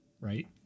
right